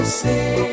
say